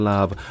Love